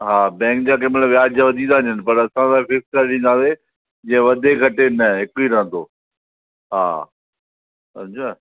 हा बैंक कंहिंमहिल वियाज त वधी था वञनि पर असां त फिक्स ॾींदासि जीअं वधे घटे न हिक ई रहंदो हा सम्झव